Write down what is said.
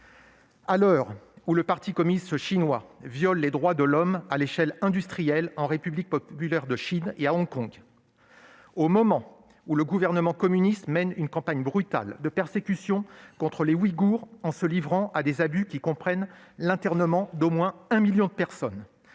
À l'heure où le Parti communiste chinois viole les droits de l'homme à l'échelle industrielle en République populaire de Chine et à Hong Kong ; au moment où le gouvernement communiste chinois mène une campagne brutale de persécution contre les Ouïghours, en se livrant à des abus qui comprennent l'internement d'au moins un million de personnes,